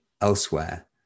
elsewhere